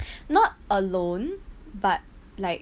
not alone but like